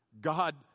God